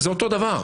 זה אותו דבר.